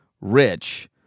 rich